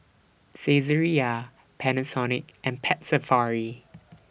Saizeriya Panasonic and Pet Safari